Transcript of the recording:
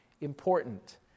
important